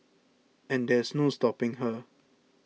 and there is no stopping her